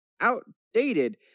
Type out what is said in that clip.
outdated